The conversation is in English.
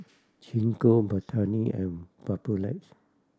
Gingko Betadine and Papulex